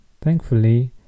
Thankfully